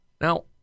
Now